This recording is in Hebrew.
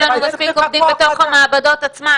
לנו מספיק עובדים בתוך המעבדות עצמן,